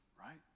right